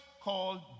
Called